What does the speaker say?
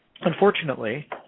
Unfortunately